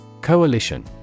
Coalition